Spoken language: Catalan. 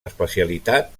especialitat